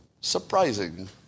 surprising